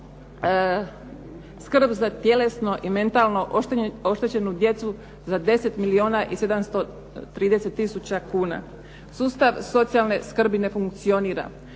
skrb za tjelesno i mentalno oštećenu djecu za 10 milijuna i 730 tisuća kuna. Sustav socijalne skrbi ne funkcionira.